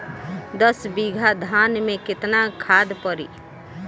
दस बिघा धान मे केतना खाद परी?